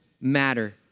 matter